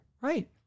Right